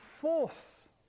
force